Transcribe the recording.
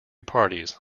parties